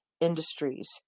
industries